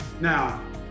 Now